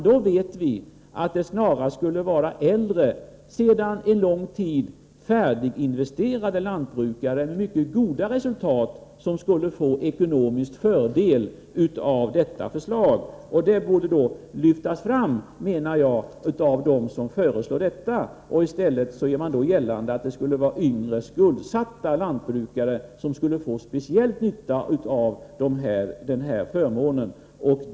Vi vet att det snarast skulle vara äldre lantbrukare som skulle få fördel av denna förmån, lantbrukare som sedan länge är färdiga med sina investeringar och som uppnått mycket goda resultat. Det borde då, menar jag, lyftas fram av dem som föreslår detta. I stället gör man gällande att det skulle vara yngre, skuldsatta lantbrukare som skulle få speciell nytta av denna förmån.